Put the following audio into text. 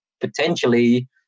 potentially